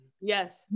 Yes